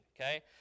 okay